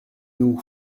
nous